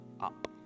up